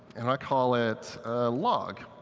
and i call it log.